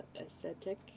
aesthetic